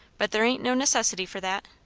but there ain't no necessity for that.